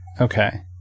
Okay